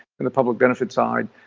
then the public benefits side,